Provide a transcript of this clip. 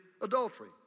adultery